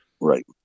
right